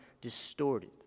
distorted